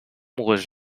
was